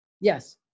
yes